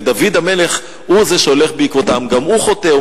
ודוד המלך הוא זה שהולך בעקבותיו: גם הוא חוטא,